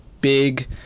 big